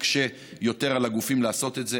אנחנו מהיום לא נקשה יותר על הגופים לעשות את זה.